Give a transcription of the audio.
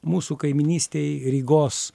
mūsų kaimynystėj rygos